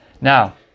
Now